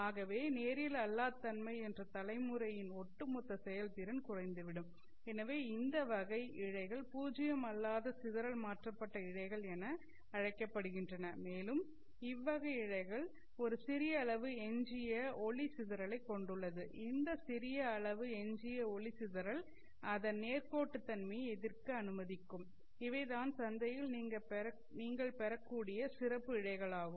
ஆகவே நேரியல் அல்லா தன்மை என்ற தலைமுறையின் ஒட்டுமொத்த செயல்திறன் குறைந்துவிடும் எனவே இந்த வகை இழைகள் பூஜ்யம் அல்லாத சிதறல் மாற்றப்பட்ட இழைகள் என அழைக்கப்படுகின்றன மேலும் இவ்வகை இழைகள் ஒரு சிறிய அளவு எஞ்சிய ஒளி சிதறலை கொண்டுள்ளது அந்த சிறிய அளவு எஞ்சிய ஒளி சிதறல் அதன் நேர்கோட்டுத்தன்மையை எதிர்க்க அனுமதிக்கும் இவை தான் சந்தையில் நீங்கள் பெறக்கூடிய சிறப்பு இழைகள் ஆகும்